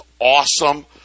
awesome